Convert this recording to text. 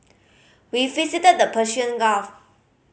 we visited the Persian Gulf